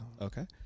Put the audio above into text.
Okay